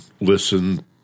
listen